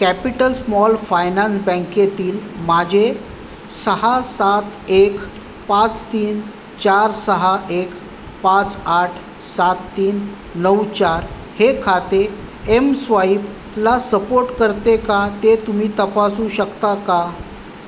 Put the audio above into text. capital small finance बँकेतील माझे सहा सात एक पाच तीन चार सहा एक पाच आठ सात तीन नऊ चार हे खाते एमस्वाईपला सपोर्ट करते का ते तुम्ही तपासू शकता का